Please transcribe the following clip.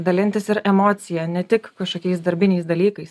dalintis ir emocija ne tik kažkokiais darbiniais dalykais